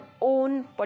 own